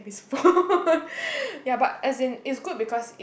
phone ya but as in it's good because it